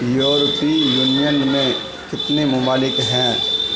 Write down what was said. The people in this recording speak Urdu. یورپی یونین میں کتنے ممالک ہیں